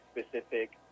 specific